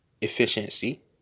efficiency